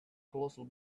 colossal